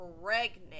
pregnant